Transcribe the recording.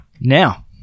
Now